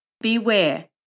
beware